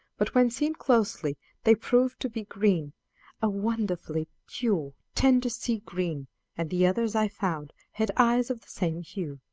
but when seen closely they proved to be green a wonderfully pure, tender sea-green and the others, i found, had eyes of the same hue.